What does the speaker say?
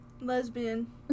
Lesbian